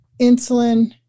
insulin